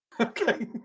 Okay